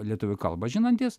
lietuvių kalbą žinantis